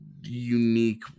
unique